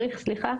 הבריאות.